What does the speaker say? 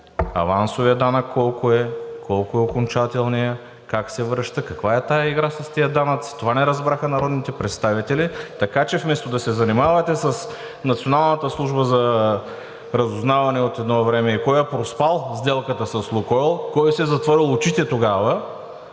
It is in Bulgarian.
авансовият данък колко е, колко е окончателният, как се връща. Каква е тази игра с тези данъци – това не разбраха народните представители. Така че вместо да се занимавате с Националната служба за разузнаване от едно време и кой е проспал сделката с „Лукойл“, кой си е затворил очите тогава,